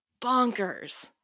bonkers